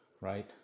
Right